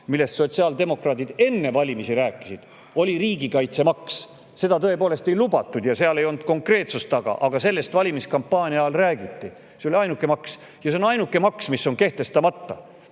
millest sotsiaaldemokraadid enne valimisi rääkisid, oli riigikaitsemaks, seda ei lubatud ja seal ei olnud konkreetsust taga, aga sellest valimiskampaania ajal räägiti, see oli ainuke selline maks. Ja see on ainuke maks, mis on kehtestamata.